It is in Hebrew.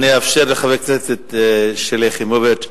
סליחה, אני אאפשר לחברת הכנסת שלי יחימוביץ.